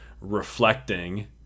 reflecting